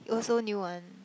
also new one